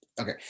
okay